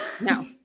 no